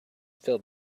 filled